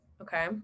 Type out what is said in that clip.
okay